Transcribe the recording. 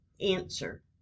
Answer